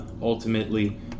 ultimately